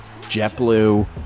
JetBlue